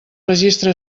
registre